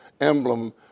emblem